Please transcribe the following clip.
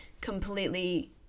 completely